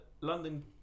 London